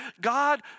God